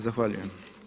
Zahvaljujem.